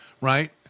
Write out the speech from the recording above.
right